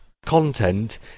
content